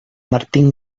martín